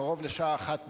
קרוב לשעה אחת בלילה.